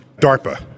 DARPA